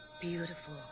Beautiful